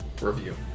review